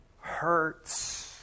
hurts